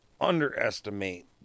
underestimate